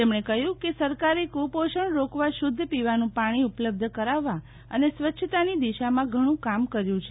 તેમણે કહ્યું કે સરકારે ક્રપોષણ રોકવા શુદ્ધ પીવાનું પાણી ઉપલબ્ધ કરાવવા અને સ્વચ્છતાની દિશામાં ઘણું કામ કર્યું છે